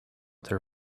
their